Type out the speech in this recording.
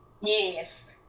Yes